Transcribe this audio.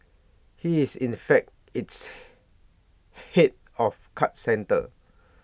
he is in fact its Head of card centre